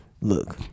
look